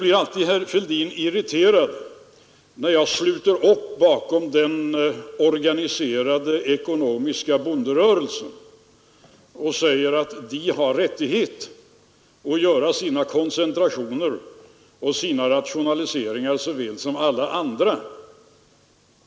Herr Fälldin blir alltid irriterad när jag sluter upp bakom den organiserade ekonomiska bonderörelsen och säger att den lika väl som alla andra har rättighet att göra sina koncentrationer och rationaliseringar.